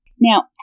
Now